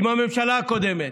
עם הממשלה הקודמת,